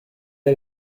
est